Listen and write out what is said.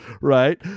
right